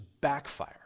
backfire